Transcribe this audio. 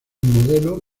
modelo